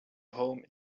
home